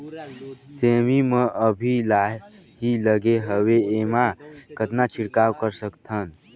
सेमी म अभी लाही लगे हवे एमा कतना छिड़काव कर सकथन?